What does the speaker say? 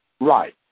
Right